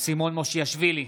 סימון מושיאשוילי,